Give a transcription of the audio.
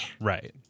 Right